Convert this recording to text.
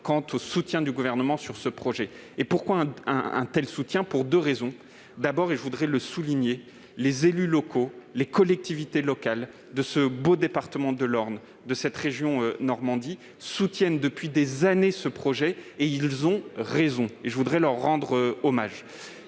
forte, du soutien du Gouvernement à ce projet. Pourquoi un tel soutien ? Deux raisons y président. Tout d'abord, je voudrais le souligner, les élus locaux, les collectivités locales, de ce beau département de l'Orne et de cette région Normandie soutiennent depuis des années ce projet ; et ils ont raison ! Je voudrais leur rendre hommage.